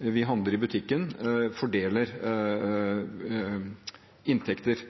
vi handler i butikken, fordeler inntekter.